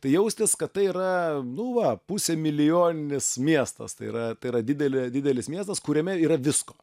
tai jaustis kad tai yra nu va pusė milijoninis miestas tai yra tai yra didelė didelis miestas kuriame yra visko